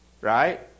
Right